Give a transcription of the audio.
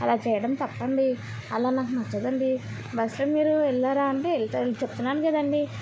అలా చేయడం తప్పండీ అలా నాకు నచ్చదండీ బస్లో మీరు వెళ్ళారా అంటే చెప్తున్నాను కదండీ